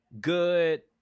good